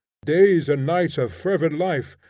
days and nights of fervid life,